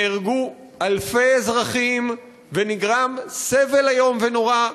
נפגעו אלפי אזרחים ונגרם סבל איום ונוראה